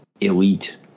elite